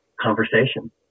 conversation